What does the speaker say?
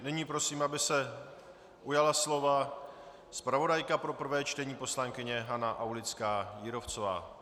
Nyní prosím, aby se ujala slova zpravodajka pro prvé čtení poslankyně Hana Aulická Jírovcová.